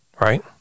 Right